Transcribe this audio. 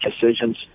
decisions